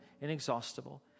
inexhaustible